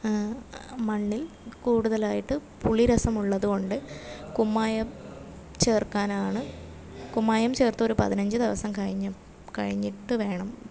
മണ്ണിൽ കൂടുതലായിട്ട് പുളിരസം ഉള്ളത് കൊണ്ട് കുമ്മായം ചേർക്കാനാണ് കുമ്മായം ചേർത്ത് ഒരു പതിനഞ്ച് ദിവസം കഴിഞ്ഞ് കഴിഞ്ഞിട്ട് വേണം